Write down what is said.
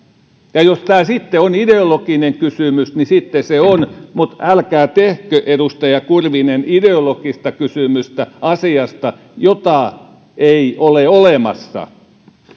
ja jos tämä sitten on ideologinen kysymys niin sitten se on mutta älkää tehkö edustaja kurvinen ideologista kysymystä asiasta jota ei ole olemassa